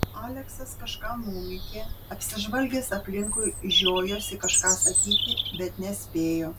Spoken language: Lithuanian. aleksas kažką numykė apsižvalgęs aplinkui žiojosi kažką sakyti bet nespėjo